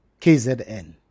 KZN